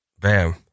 Bam